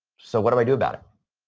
so, what do i do about it?